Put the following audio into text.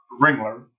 Ringler